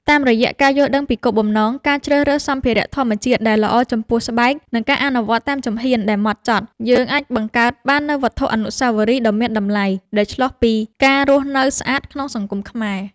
តាមរយៈការយល់ដឹងពីគោលបំណង ការជ្រើសរើសសម្ភារៈធម្មជាតិដែលល្អចំពោះស្បែក និងការអនុវត្តតាមជំហានដែលម៉ត់ចត់ យើងអាចបង្កើតបាននូវវត្ថុអនុស្សាវរីយ៍ដ៏មានតម្លៃដែលឆ្លុះពីការរស់នៅស្អាតក្នុងសង្គមខ្មែរ។